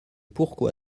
pourquoi